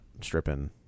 stripping